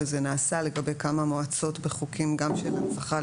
וזה נעשה לגבי כמה מועצות בחוקים גם של הנצחה,